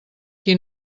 qui